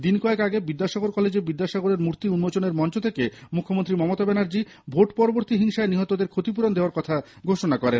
দিন কয়েক আগে বিদ্যাসাগর কলেজে বিদ্যাসাগরের মূর্তি উন্মোচনের মঞ্চ থেকে মুখ্যমন্ত্রী মমতা ব্যনার্জী ভোট পরবর্তী হিংসায় নিহতদের ক্ষতিপূরণ দেওয়ার কথা ঘোষণা করেন